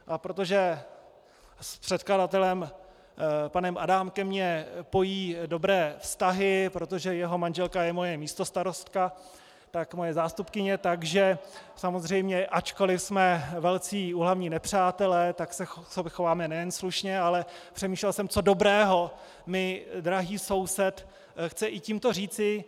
A protože s předkladatelem panem Adámkem mě pojí dobré vztahy, protože jeho manželka je moje místostarostka, moje zástupkyně, tak samozřejmě ačkoliv jsme velcí úhlavní nepřátelé, tak se k sobě chováme nejen slušně, ale přemýšlel jsem, co dobrého mi drahý soused chce i tímto říci.